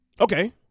Okay